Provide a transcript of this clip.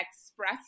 express